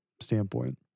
standpoint